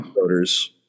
voters